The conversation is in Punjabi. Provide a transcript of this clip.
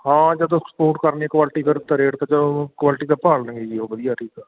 ਹਾਂ ਜਦੋਂ ਸਪੋਟ ਕਰਨੀ ਕੁਆਲਟੀ ਫਿਰ ਤਾਂ ਰੇਟ ਤਾਂ ਉਹ ਕੁਆਲਿਟੀ ਤਾਂ ਭਾਲਦੇ ਜੀ ਉਹ ਵਧੀਆ ਠੀਕ ਆ